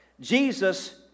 Jesus